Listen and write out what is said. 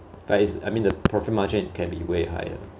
but it's I mean the profit margin can be way higher